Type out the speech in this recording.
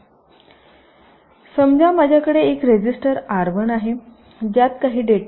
समजा माझ्याकडे एक रजिस्टर आर 1 आहे ज्यात काही डेटा आहे